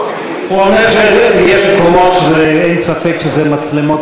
הוא אומר שיש מקומות שאין ספק שזה מצלמות